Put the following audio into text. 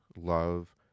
love